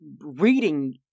reading